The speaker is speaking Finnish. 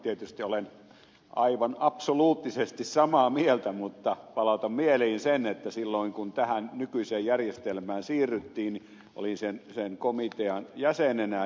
tietysti olen aivan absoluuttisesti samaa mieltä mutta palautan mieliin sen että silloin kun tähän nykyiseen järjestelmään siirryttiin olin sen komitean jäsenenä